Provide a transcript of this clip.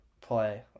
play